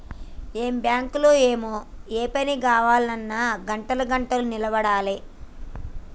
ఏం బాంకులో ఏమో, ఏ పని గావాల్నన్నా గంటలు గంటలు నిలవడాలె